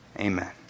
amen